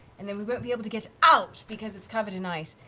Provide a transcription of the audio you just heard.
and then we won't be able to get out because it's covered in ice.